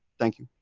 thank you.